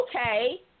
Okay